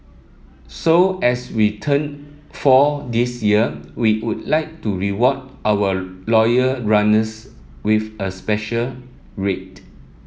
so as we turn four this year we would like to reward our loyal runners with a special rate